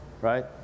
right